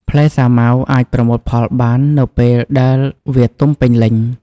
ផ្លែសាវម៉ាវអាចប្រមូលផលបាននៅពេលដែលវាទុំពេញលេញ។